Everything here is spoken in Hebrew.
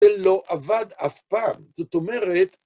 זה לא עבד אף פעם. זאת אומרת...